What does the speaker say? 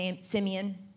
Simeon